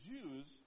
Jews